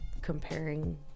comparing